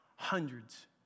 Hundreds